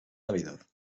navidad